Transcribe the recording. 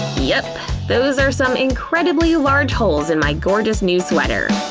yep, those are some incredibly large holes in my gorgeous new sweater.